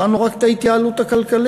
בחנו רק את ההתייעלות הכלכלית.